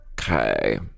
Okay